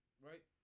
right